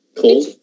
Cold